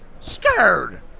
scared